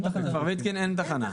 בכפר ויתקין אין תחנה.